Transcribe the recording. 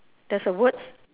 there's a words